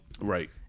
Right